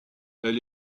elle